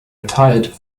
retired